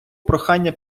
прохання